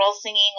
singing